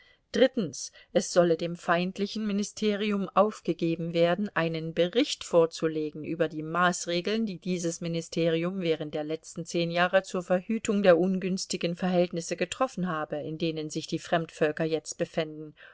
es solle dem feindlichen ministerium aufgegeben werden einen bericht vorzulegen über die maßregeln die dieses ministerium während der letzten zehn jahre zur verhütung der ungünstigen verhältnisse getroffen habe in denen sich die fremdvölker jetzt befänden